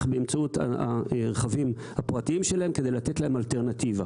באמצעות הרכבים הפרטיים שלהם במדינת ישראל.